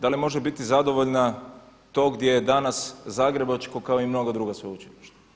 Da li može biti zadovoljna to gdje je danas zagrebačko kao i mnoga druga sveučilišta?